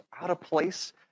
out-of-place